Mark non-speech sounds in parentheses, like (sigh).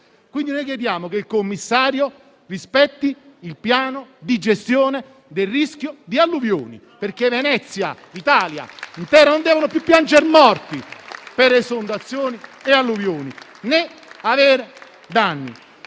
quindi chiediamo che il commissario rispetti il piano di gestione del rischio di alluvioni. (applause) Venezia e l'Italia intera non devono più piangere morti per esondazioni e alluvioni, né avere danni.